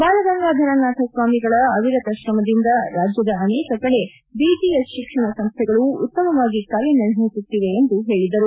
ಬಾಲಗಂಗಾಧರನಾಥ ಸ್ವಾಮಿಗಳ ಅವಿರತ ಶ್ರಮದಿಂದ ರಾಜ್ಯದ ಅನೇಕ ಕಡೆ ಬಿಜಿಎಸ್ ಶಿಕ್ಷಣ ಸಂಸ್ತೆಗಳು ಉತ್ತಮವಾಗಿ ಕಾರ್ಯನಿರ್ವಹಿಸುತ್ತಿವೆ ಎಂದು ಹೇಳಿದರು